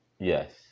Yes